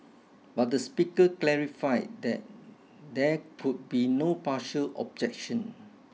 but the speaker clarified that there could be no partial objection